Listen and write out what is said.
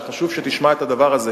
זה חשוב שתשמע את הדבר הזה,